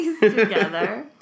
together